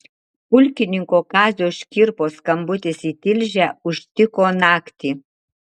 pulkininko kazio škirpos skambutis į tilžę užtiko naktį